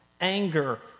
Anger